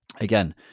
Again